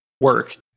work